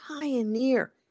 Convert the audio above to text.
pioneer